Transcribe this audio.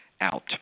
out